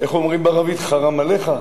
איך אומרים בערבית, חראם עליך?